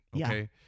okay